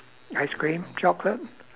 ice cream chocolate